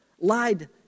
Lied